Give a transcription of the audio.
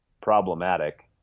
problematic